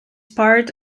part